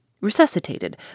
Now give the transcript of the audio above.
resuscitated